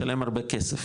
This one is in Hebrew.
משלם הרבה כסף